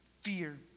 fear